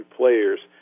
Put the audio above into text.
players